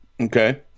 Okay